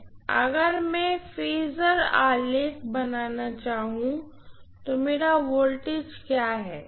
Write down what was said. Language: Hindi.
अगर मैं फेसर आलेख बनाना चाहूँ तो मेरा वोल्टेज क्या है